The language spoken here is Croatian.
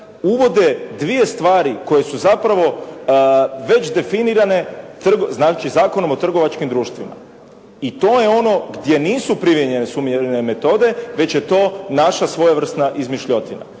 uvode dvije stvari koje su zapravo već definirane, znači Zakonom o trgovačkim društvima. I to je ono gdje nisu primijenjene suvremene metode već je to naša svojevrsna izmišljotina.